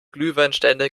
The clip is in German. glühweinstände